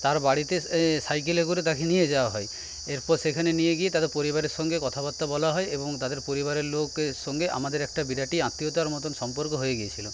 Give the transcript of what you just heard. তার বাড়িতে সাইকেলে করে তাকে নিয়ে যাওয়া হয় এরপর সেখানে নিয়ে গিয়ে তার পরিবারের সঙ্গে কথাবার্তা বলা হয় এবং তাদের পরিবারের লোকের সঙ্গে আমাদের একটা বিরাটই আত্মীয়তার মতন সম্পর্ক হয়ে গিয়েছিলো